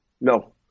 No